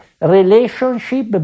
Relationship